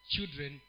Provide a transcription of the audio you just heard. Children